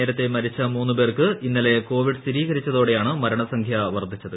നേരത്തെ മരിച്ച മുന്നു പേർക്ക് ഇന്നലെ കോവിഡ് സ്ഥിരീകരിച്ചതോടെയാണ് മരണസംഖ്യ വർധിച്ചത്